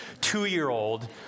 two-year-old